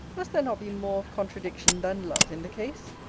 must there not be more of contradiction, than love, in the case?